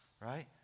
right